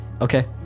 okay